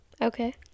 Okay